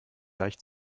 deich